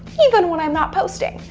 even when i'm not posting.